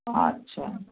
ও আচ্ছা